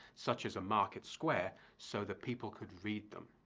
such as a market square, so that people could read them.